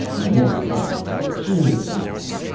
i'm all right show me a cloud.